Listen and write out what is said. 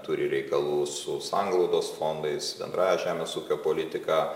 turi reikalų su sanglaudos fondais bendrąja žemės ūkio politika